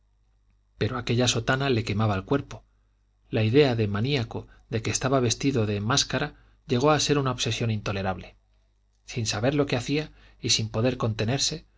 pero aquella sotana le quemaba el cuerpo la idea de maníaco de que estaba vestido de máscara llegó a ser una obsesión intolerable sin saber lo que hacía y sin poder contenerse